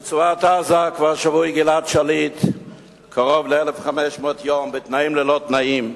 ברצועת-עזה שבוי גלעד שליט כבר קרוב ל-1,500 יום בתנאים-לא-תנאים.